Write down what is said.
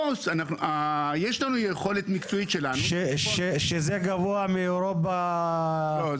יש לנו יכולת מקצועית שלנו --- שזה גבוה מאירופה --- לא,